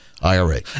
IRA